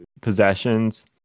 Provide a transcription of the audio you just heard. possessions